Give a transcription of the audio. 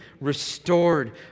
restored